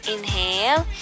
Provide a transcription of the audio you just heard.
Inhale